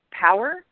power